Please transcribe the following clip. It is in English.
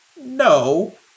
No